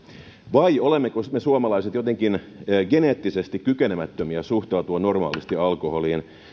vai olemmeko me suomalaiset jotenkin geneettisesti kykenemättömiä suhtautumaan normaalisti alkoholiin